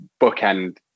bookend